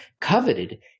coveted